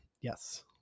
Yes